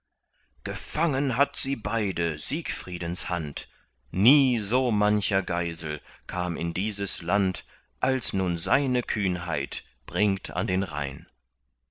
gefangen hat sie beide siegfriedens hand nie so mancher geisel kam in dieses land als nun seine kühnheit bringt an den rhein